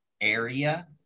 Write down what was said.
area